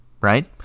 right